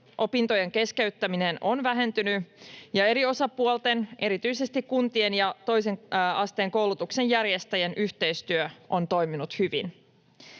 Opintojen keskeyttäminen on vähentynyt, ja eri osapuolten, erityisesti kuntien ja toisen asteen koulutuksen järjestäjien, yhteistyö on toiminut hyvin.